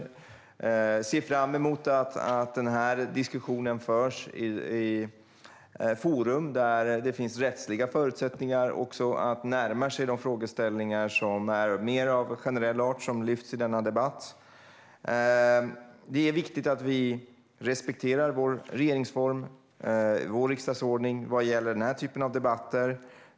Jag ser fram emot att diskussionen förs i forum där det finns rättsliga förutsättningar att närma sig de frågeställningar som är mer av generell art som lyfts fram i denna debatt. Det är viktigt att vi respekterar vår regeringsform och riksdagsordning vad gäller den här typen av debatter.